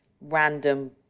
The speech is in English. random